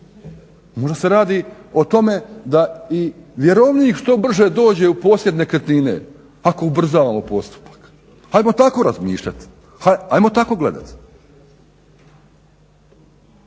Možda se radi o tome da i vjerovnik što brže dođe u posjed nekretnine ako ubrzavamo postupak. Ajmo tako razmišljati, ajmo tako gledati.